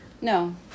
No